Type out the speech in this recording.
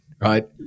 Right